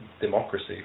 democracy